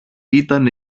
ήταν